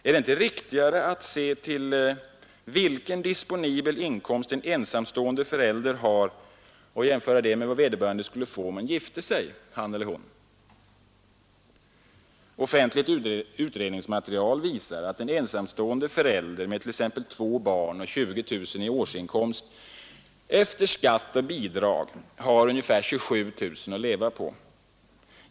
Är det inte riktigare att se till vilken disponibel inkomst en ensamstående förälder har och jämföra med vad vederbörande skulle få om han eller hon gifte sig? Offentligt utredningsmaterial visar att en ensamstående ilder med t.ex. två barn och 20000 kronor i årsinkomst efter skatt och bidrag har ungefär 27 000 kronor att leva på.